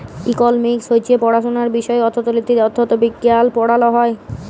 economics হছে পড়াশুলার বিষয় অথ্থলিতি, অথ্থবিজ্ঞাল পড়াল হ্যয়